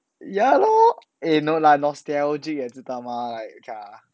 ya loh eh no lah nostalgic eh 你知道吗 like okay lah